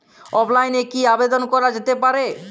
অফলাইনে কি আবেদন করা যেতে পারে?